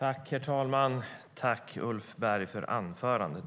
Herr talman! Tack, Ulf Berg, för anförandet!